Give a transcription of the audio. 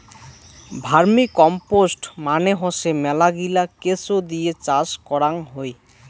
vermicompost মানে হসে মেলাগিলা কেঁচো দিয়ে চাষ করাং হই